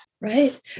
right